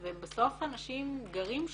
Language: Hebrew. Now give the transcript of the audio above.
ובסוף אנשים גרים שם.